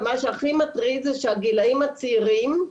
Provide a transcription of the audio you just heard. ומה שהכי מטריד הוא שהגילאים הצעירים,